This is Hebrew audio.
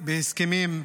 והסכמים,